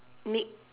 make